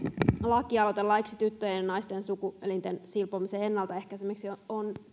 lakialoite laiksi tyttöjen ja naisten sukuelinten silpomisen ennaltaehkäisemisestä on